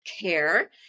care